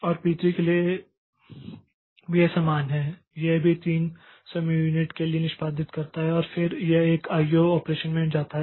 और P3 के लिए भी यह समान है यह भी 3 समय युनिट के लिए निष्पादित करता है और फिर यह एक आईओ ऑपरेशन में जाता है